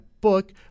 book